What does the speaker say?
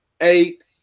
Eight